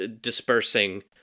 dispersing